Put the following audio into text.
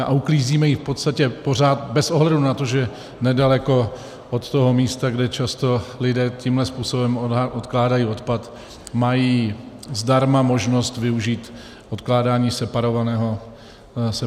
A uklízíme ji v podstatě pořád bez ohledu na to, že nedaleko od toho místa, kde často lidé tímto způsobem odkládají odpad, mají zdarma možnost využít odkládání separovaného sběru.